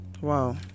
wow